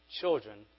children